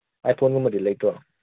ꯑꯥꯏ ꯐꯣꯟꯒꯨꯝꯕꯗꯤ ꯂꯩꯇ꯭ꯔꯣ